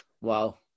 Wow